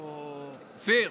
איפה אופיר?